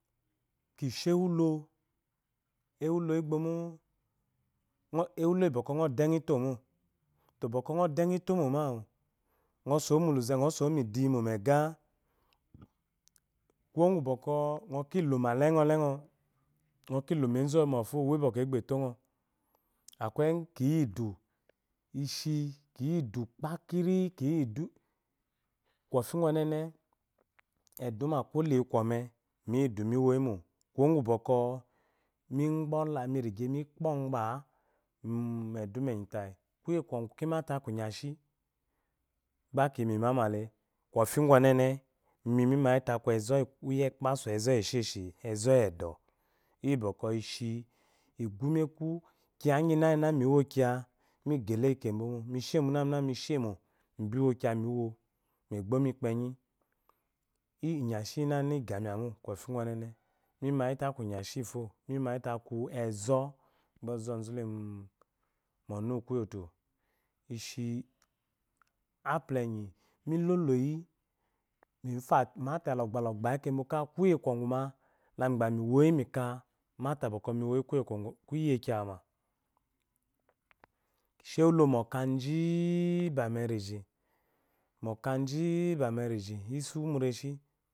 Kishi ewulo, ewulo igbomo, ewulo iyi bwɔkwɔ ngɔ do énghɔ itomo, togbwɔkwɔ ghɔ do engho itomo, nghɔ suwu mu lu ze, nghɔ suwu mu iduyi mo megha, kawu bwɔ nghɔ ki luma lenghɔ-lenghɔ, nghɔ ki luma enzu oyi momofo uwe egbe tonghɔ akweyi kiyi idu ishi kiyi idu kpakiri, kiyi idu kwɔfi ngwu onene eduma kwo leyi kwɔmé miyi idu mi wóyi mó ngwu bwɔkwɔ mi gbe ola mi rege mi gbe ogbama'a mu eduma enyi tayi, kuye kwogu kima te aku inya shi gba kiyi memama le, kofi ngu onéné imi mi mayite aku énzo iyi kpasu enzo lyi esheshi, enzo iyi edo lyi bwɔkwɔ ishi lgumic éku kiyi lginagina me wo kiys mi gélē ényi mu kebo mo, ko muna muna mi shémo mi bi wo kiya miwo mu egbomi ikpenyi inyanayina igamic ma mo one ne, mi magi te aku ingɔshé fo, mi mayi te aku énzo gba ɔzɔzu le mu ɔnu uwu kuye-o̱to̱ ishi apula enyi mo lolo yi, mifyo mata lo gba yi kembo ka kuye kwɔgwú ma la mi gba miwo yi mika mafa bwɔ mi woyi kuye kwɔngu lyi eki awuma. kishi ewulo moka ji-i ba meriji, mu oka'a ji ba mu eriji.